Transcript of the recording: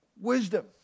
wisdom